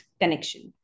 connection